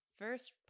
first